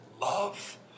love